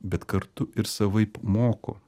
bet kartu ir savaip moko